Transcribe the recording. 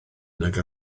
nag